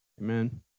amen